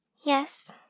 Yes